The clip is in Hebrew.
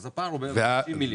כך שהפער הוא בערך 90 מיליון.